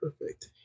Perfect